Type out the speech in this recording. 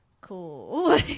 cool